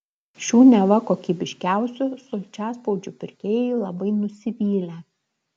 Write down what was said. šių neva kokybiškiausių sulčiaspaudžių pirkėjai labai nusivylę